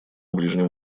ближнем